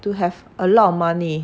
to have a lot of money